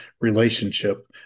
relationship